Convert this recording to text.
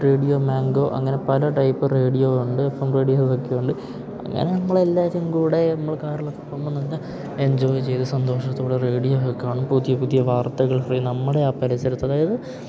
radio Mango അങ്ങനെ പല type radio ഉണ്ട് എഫ് എം റേഡിയോയൊക്കെ ഉണ്ട് അങ്ങനെ നമ്മളെല്ലാവരും കൂടി നമ്മൾ കാറിലൊക്കെ പോകുമ്പോളെന്നു പറഞ്ഞാൽ എൻജോയ് ചെയ്ത് സന്തോഷത്തോടെ റേഡിയോയൊക്കെ കാണും പുതിയ പുതിയ വാർത്തകൾ പിന്നെ നമ്മുടെ ആ പരിസരത്ത് അതായത്